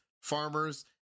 farmers